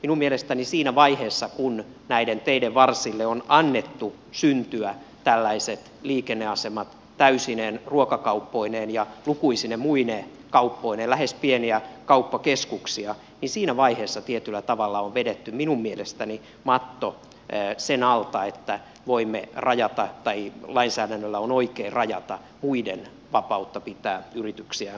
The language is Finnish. minun mielestäni siinä vaiheessa kun näiden teiden varsille on annettu syntyä tällaiset liikenneasemat täysine ruokakauppoineen ja lukuisine muine kauppoineen lähes pieniä kauppakeskuksia tietyllä tavalla on vedetty matto sen alta että lainsäädännöllä on oikein rajata muiden vapautta pitää yrityksiään auki